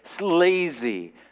lazy